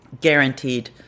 Guaranteed